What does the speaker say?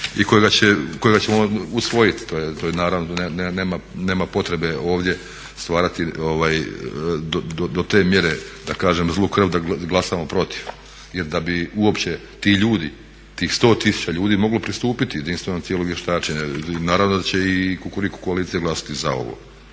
i kojega ćemo usvojiti, to je naravno, nema potrebe ovdje stvarati do te mjere da kažem zlu krv da glasamo protiv. Jer da bi uopće ti ljudi, tih 100 tisuća ljudi moglo pristupiti jedinstvenom tijelu vještačenja, naravno da će i kukuriku koalicija glasati za ovo.